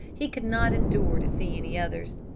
he could not endure to see any others.